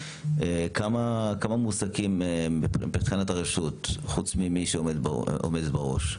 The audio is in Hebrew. כמה מועסקים ישנם מבחינת הרשות חוץ ממי שעומדת בראש?